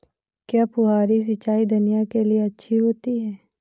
क्या फुहारी सिंचाई धनिया के लिए अच्छी होती है?